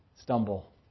Stumble